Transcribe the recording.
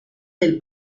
del